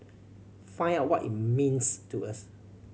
find out what it means to us